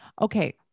Okay